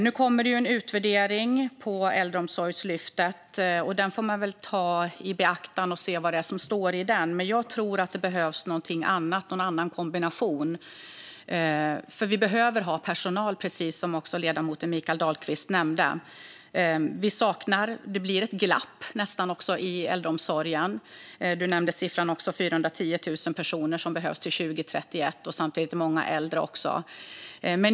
Nu kommer det en utvärdering av Äldreomsorgslyftet, och man får väl ta den i beaktande och se vad som står där. Jag tror att det behövs någonting annat, någon annan kombination, för vi behöver ha personal, som ledamoten Mikael Dahlqvist också nämnde. Det blir nästan ett glapp i äldreomsorgen. Ledamoten nämnde att 410 000 personer behövs till 2031, och samtidigt är många äldre.